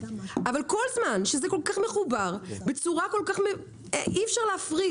אבל כול זמן שזה כל-כך מחובר ואי אפשר להפריד